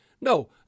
No